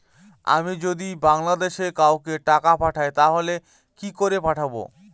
আমি যদি বাংলাদেশে কাউকে টাকা পাঠাই তাহলে কি করে পাঠাবো?